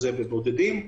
זה בבודדים,